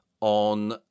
on